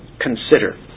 Consider